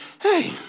Hey